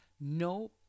no